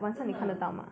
真的